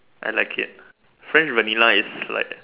I like it French Vanilla is like